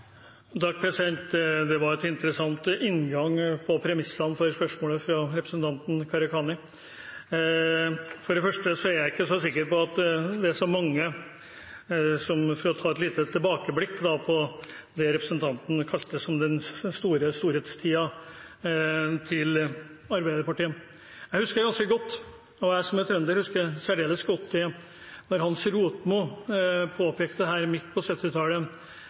Det var en interessant inngang på premissene for spørsmålet fra representanten Gharahkhani. For å ta et lite tilbakeblikk på det representanten kalte storhetstiden til Arbeiderpartiet: Jeg husker ganske godt – og jeg som er trønder, husker særdeles godt – da Hans Rotmo påpekte her midt på